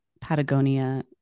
Patagonia